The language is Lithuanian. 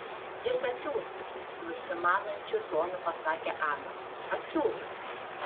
jis atsiųs nusimanančiu tonu pasakė ana atsiųs